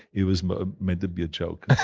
it was ah meant to be a joke,